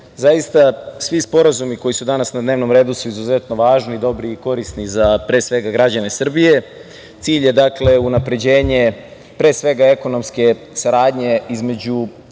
zaista, svi sporazumi koji su danas na dnevnom redu su izuzetno važni, dobri i korisni za, pre svega, građane Srbije. Cilj je unapređenje, pre svega, ekonomske saradnje između